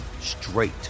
straight